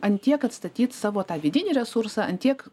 ant tiek atstatyt savo tą vidinį resursą ant tiek